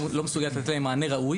היא לא מסוגלת לתת להם מענה ראוי.